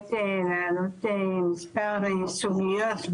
באמת לעלות מספר סוגיות,